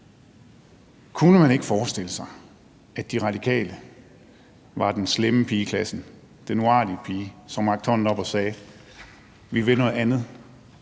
Kunne man ikke forestille sig, at De Radikale var den slemme pige i klassen, den uartige pige, som rakte hånden op og sagde: Vi vil noget andet,